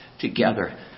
together